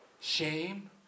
shame